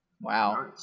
Wow